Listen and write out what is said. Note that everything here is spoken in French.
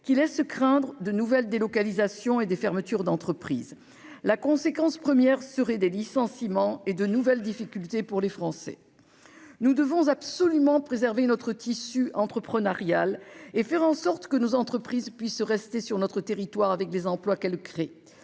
qui laisse craindre de nouvelles délocalisations et des fermetures d'entreprises, la conséquence première seraient des licenciements et de nouvelles difficultés pour les Français, nous devons absolument préserver notre tissu entrepreunarial et faire en sorte que nos entreprises puissent rester sur notre territoire avec des emplois qu'elles créent